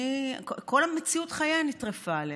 כל מציאות חייה נטרפה עליה.